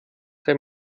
sei